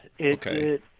Okay